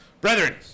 brethren